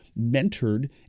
mentored